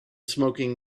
smoking